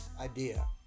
idea